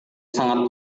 sangat